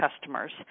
customers